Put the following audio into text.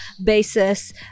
basis